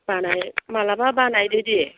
बानाय माब्लाबा बानायदो दे